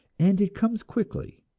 and it comes quickly